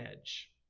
edge